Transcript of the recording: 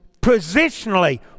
positionally